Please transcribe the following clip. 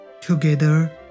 Together